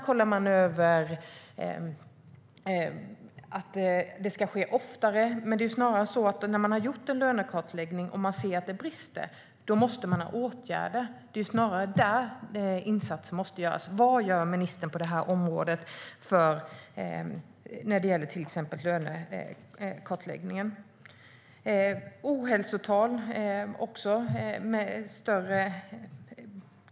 Ser man över att lönekartläggningar ska ske oftare? När man har gjort en lönekartläggning och ser att det brister måste man ha åtgärder. Det är snarare där insatser måste göras. Vad gör ministern på detta område när det gäller till exempel lönekartläggningar?